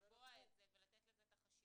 לצבוע את זה ולתת לזה את החשיבות.